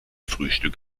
frühstück